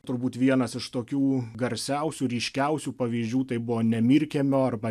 turbūt vienas iš tokių garsiausių ryškiausių pavyzdžių tai buvo nemirkiemio arba